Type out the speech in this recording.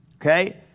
Okay